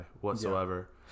whatsoever